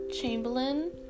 Chamberlain